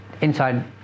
inside